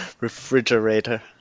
refrigerator